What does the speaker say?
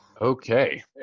Okay